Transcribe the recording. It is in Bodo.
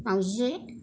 माउजि